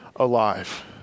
Alive